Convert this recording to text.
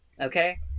Okay